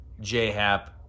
J-Hap